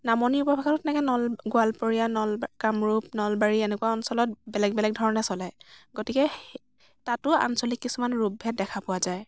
নামনি উপভাষাটো তেনেকে নল গোৱালপৰীয়া নলবা কামৰূপ নলবাৰী এনেকুৱা অঞ্চলত বেলেগ বেলেগ ধৰণে চলে গতিকে সেই তাতো আঞ্চলিক কিছুমান ৰূপভেদ দেখা পোৱা যায়